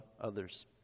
others